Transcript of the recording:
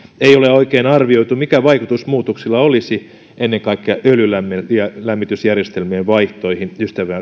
ei ole oikein arvioitu mikä vaikutus muutoksilla olisi ennen kaikkea öljylämmitysjärjestelmien vaihtoihin